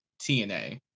TNA